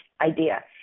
idea